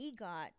EGOT